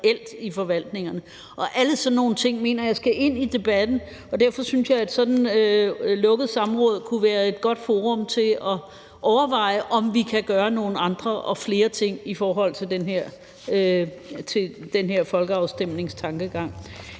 reelt i forvaltningerne. Alle sådan nogle ting mener jeg skal ind i debatten, og derfor synes jeg, at et lukket samråd kunne være et godt forum til at overveje, om vi kan gøre nogle andre og flere ting i forhold til den her folkeafstemningstankegang.